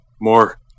more